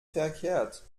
verkehrt